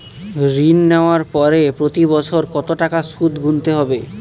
ঋণ নেওয়ার পরে প্রতি বছর কত টাকা সুদ গুনতে হবে?